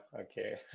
okay